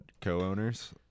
co-owners